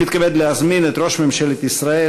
אני מתכבד להזמין את ראש ממשלת ישראל